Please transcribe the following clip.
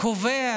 קובע